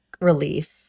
relief